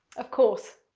of course,